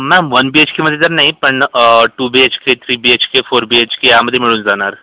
ma'am one B H केमध्ये तर नाही पण two B H K three B H K four B H K यामध्ये मिळून जाणार